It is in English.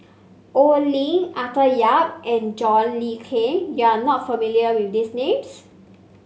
Oi Lin Arthur Yap and John Le Cain you are not familiar with these names